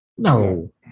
No